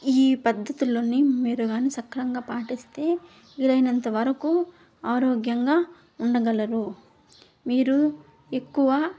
ఈ పద్ధతుల తోటి మీరు కాని సక్రమంగా పాటిస్తే వీలైనంత వరకు ఆరోగ్యంగా ఉండగలరు మీరు ఎక్కువ